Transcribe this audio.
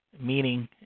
Meaning